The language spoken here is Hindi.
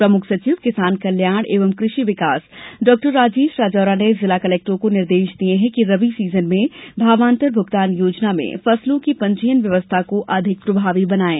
प्रमुख सचिव किसान कल्याण एवं कृषि विकास डॉ राजेश राजौरा ने जिला कलेक्टरों को निर्देश दिए हैं कि रबी सीजन में भावान्तर भूगतान योजना में फसलों की पंजीयन व्यवस्था को अधिक प्रभावी बनाएं